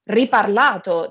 riparlato